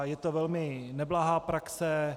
Je to velmi neblahá praxe.